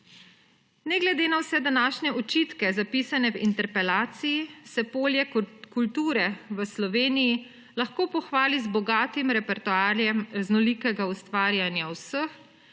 Ne glede na vse današnje očitke, zapisane v interpelaciji, se polje kulture v Sloveniji lahko pohvali z bogatim repertoarjem raznolikega ustvarjanja vseh,